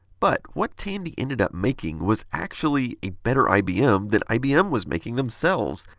but, what tandy ended up making was actually a better ibm than ibm was making themselves.